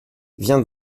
viens